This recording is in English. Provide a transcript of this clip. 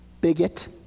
Bigot